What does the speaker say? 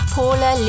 Paula